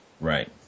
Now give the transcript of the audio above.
Right